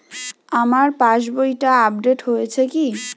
আমার পাশবইটা আপডেট হয়েছে কি?